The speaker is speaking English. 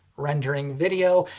rendering video,